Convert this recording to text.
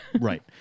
Right